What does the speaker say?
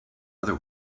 other